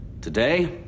Today